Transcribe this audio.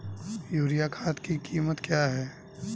Urea खाद की कीमत क्या है?